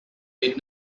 did